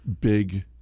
big